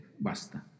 basta